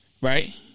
Right